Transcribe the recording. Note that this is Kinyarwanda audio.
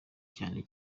cyane